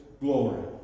glory